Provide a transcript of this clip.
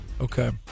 Okay